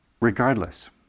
regardless